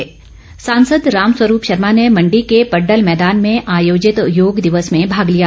राम स्वरूप सांसद राम स्वरूप शर्मा ने मंडी के पड्डल मैदान में आयोजित योग दिवस में भाग लिया